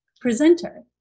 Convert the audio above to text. presenter